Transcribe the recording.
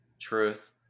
Truth